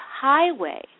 highway